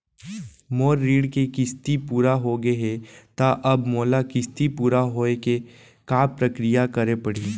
मोर ऋण के किस्ती पूरा होगे हे ता अब मोला किस्ती पूरा होए के का प्रक्रिया करे पड़ही?